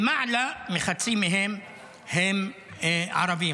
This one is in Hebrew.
למעלה מחצי מהם הם ערבים,